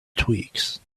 tweaks